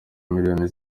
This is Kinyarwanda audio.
miliyoni